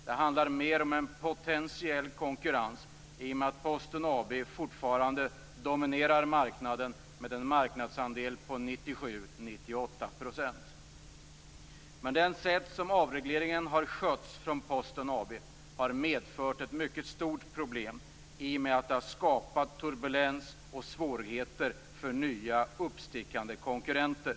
Det handlar mer om en potentiell konkurrens i och med att Posten AB fortfarande dominerar marknaden med en marknadsandel på 97-98 %. Men det sätt som avregleringen har skötts på från Posten AB har medfört ett mycket stort problem i och med att det har skapats turbulens och svårigheter för nya uppstickande konkurrenter.